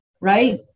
right